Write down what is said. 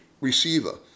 receiver